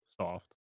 soft